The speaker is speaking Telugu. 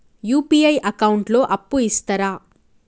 యూ.పీ.ఐ అకౌంట్ లో అప్పు ఇస్తరా?